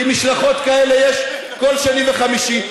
כי משלחות כאלה יש כל שני וחמישי.